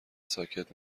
ساکت